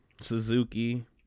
suzuki